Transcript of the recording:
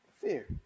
fear